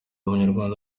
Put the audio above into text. munyarwanda